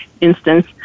instance